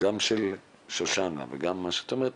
גם של שושנה וגם ממה שאת אומרת,